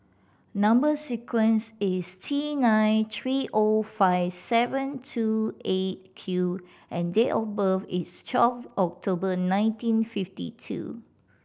number sequence is T nine three O five seven two Eight Q and date of birth is twelve October nineteen fifty two